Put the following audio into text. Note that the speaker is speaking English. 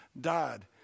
died